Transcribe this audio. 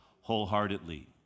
wholeheartedly